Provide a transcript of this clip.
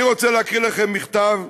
אני רוצה להקריא לכם מכתב,